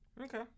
Okay